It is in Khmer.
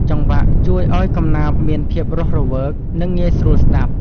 ចង្វាក់ជួយឱ្យកំណាព្យមានភាពរស់រវើក និងងាយស្រួលស្ដាប់។